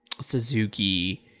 Suzuki